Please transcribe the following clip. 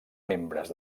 membres